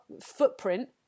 footprint